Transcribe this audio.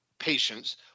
patients